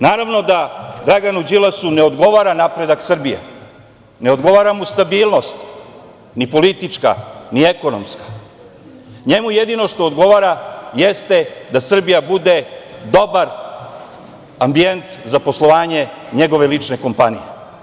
Naravno da Draganu Đilasa ne odgovara napredak Srbije, ne odgovara mu stabilnost, ni politička, ni ekonomska, njemu jedino što odgovara jeste da Srbija bude dobar ambijent za poslovanje njegove lične kompanije.